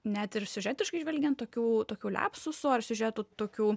net ir siužetiškai žvelgiant tokių tokių liapsusų ar siužetų tokių